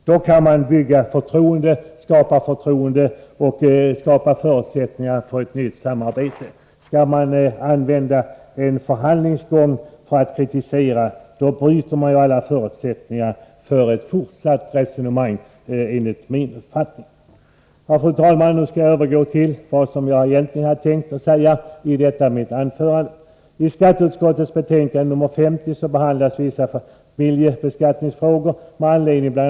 Då kan man bygga förtroende och skapa förutsättningar för ett nytt samarbete. Skall man använda en förhandlingsgång för att kritisera, bryter man enligt min uppfattning alla förutsättningar för ett fortsatt resonemang. Fru talman! Jag skall nu övergå till vad jag egentligen hade tänkt säga i detta mitt anförande.